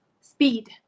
Speed